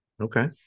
okay